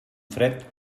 fred